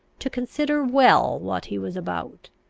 to consider well what he was about.